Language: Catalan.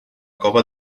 cova